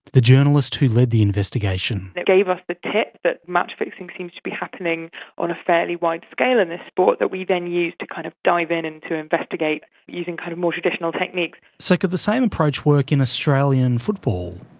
the journalist who led the investigation, and it gave us the tip that match fixing seems to be happening on a fairly wide scale in this sport, that we then used to kind of dive in and to investigate using kind of more traditional techniques. so could the same approach work in australian football?